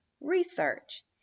research